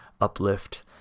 uplift